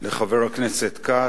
לחבר הכנסת כץ.